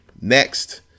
next